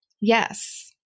Yes